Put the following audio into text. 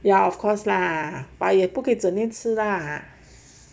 ya of course lah !aiya! 不可以整天吃啦